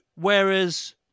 whereas